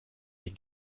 les